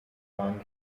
seinen